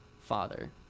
father